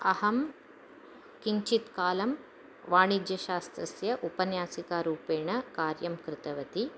अहं किञ्चित् कालं वाणिज्य शास्त्रस्य उपन्यासिकारूपेण कार्यं कृतवती